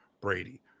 Brady